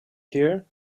here